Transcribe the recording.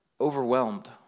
overwhelmed